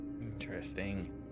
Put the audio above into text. interesting